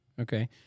Okay